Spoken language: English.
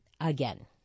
again